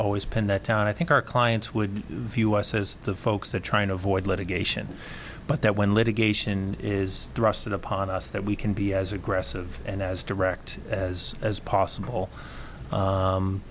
always pin that down i think our clients would view us as the folks that are trying to avoid litigation but that when litigation is thrust upon us that we can be as aggressive and as direct as as possible